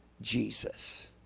Jesus